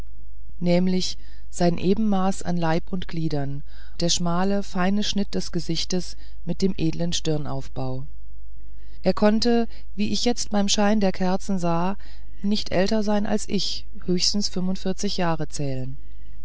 nämlich sein ebenmaß an leib und gliedern und der schmale feine schnitt des gesichtes mit dem edlen stirnaufbau er konnte wie ich jetzt beim schein der kerzen sah nicht älter sein als ich höchstens fünf jahre zählen